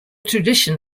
tradition